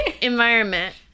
environment